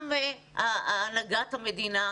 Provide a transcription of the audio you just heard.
גם הנהגת המדינה,